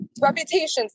reputations